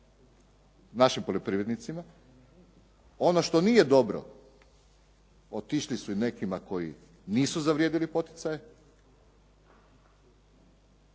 našim poljoprivrednicima. Ono što nije dobro, otišli su i nekima koji nisu zavrijedili poticaje